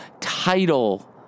title